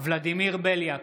ולדימיר בליאק,